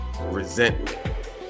resentment